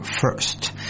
First